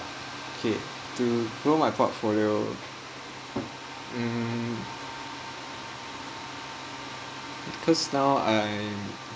K to grow my portfolio um because now I